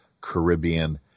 Caribbean